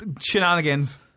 shenanigans